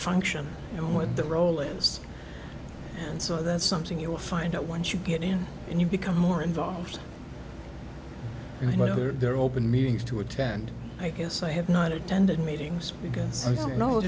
function and what the role ends and so that's something you will find out once you get in and you become more involved in either their open meetings to attend i guess i have not attended meetings